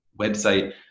website